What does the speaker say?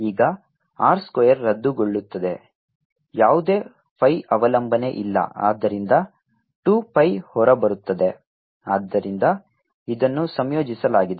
ಈಗ r square ರದ್ದುಗೊಳ್ಳುತ್ತದೆ ಯಾವುದೇ phi ಅವಲಂಬನೆ ಇಲ್ಲ ಆದ್ದರಿಂದ 2 pi ಹೊರಬರುತ್ತದೆ ಆದ್ದರಿಂದ ಇದನ್ನು ಸಂಯೋಜಿಸಲಾಗಿದೆ